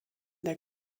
der